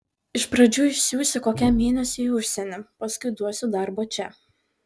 iš pradžių išsiųsiu kokiam mėnesiui į užsienį paskui duosiu darbo čia